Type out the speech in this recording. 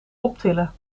optillen